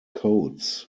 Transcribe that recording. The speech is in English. codes